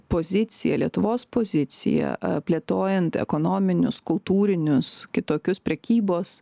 pozicija lietuvos pozicija a plėtojant ekonominius kultūrinius kitokius prekybos